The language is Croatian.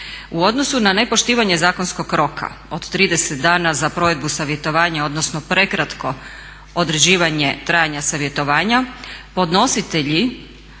U odnosu na nepoštivanje zakonskog roka od 30 dana za provedbu savjetovanja odnosno prekratko određivanje trajanja savjetovanja podnositelji